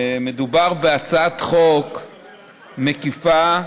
מדובר בהצעת חוק מקיפה,